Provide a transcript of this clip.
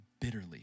bitterly